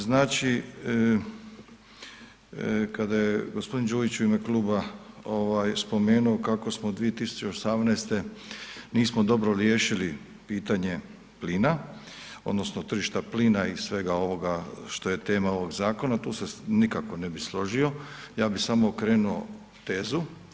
Znači kada je g. Đujić u ime kluba spomenuo kako smo 2018. nismo dobro riješili pitanje plina odnosno tržišta plina i svega ovoga što je tema ovoga zakona, tu se nikako ne bi složio, ja bi samo okrenuo tezu.